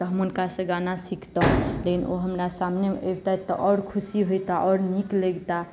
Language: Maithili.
तऽ हम हुनका सँ गाना सिखतहुॅं लेकिन ओ हमरा सामनेमे अबितथि तऽ आओर खुशी होइतै आओर नीक लैगतै